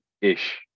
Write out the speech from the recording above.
ish